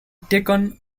taken